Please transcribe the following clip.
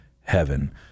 heaven